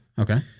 Okay